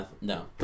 no